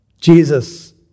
Jesus